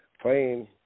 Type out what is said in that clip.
playing